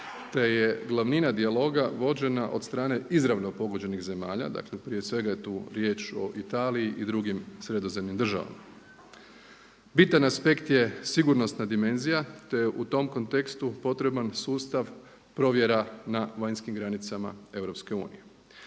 te je glavnina dijaloga vođena od strane izravno pogođenih zemalja, dakle prije svega je tu riječ o Italiji i drugim sredozemnim državama. Bitan aspekt je sigurnosna dimenzija te u tom kontekstu potreban sustav provjera na vanjskih granicama EU.